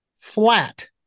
flat